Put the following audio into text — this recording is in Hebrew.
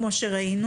כמו שראינו